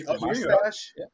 mustache